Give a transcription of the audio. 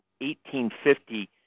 1850